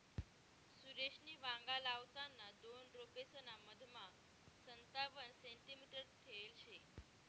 सुरेशनी वांगा लावताना दोन रोपेसना मधमा संतावण सेंटीमीटर ठेयल शे